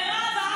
למה?